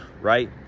right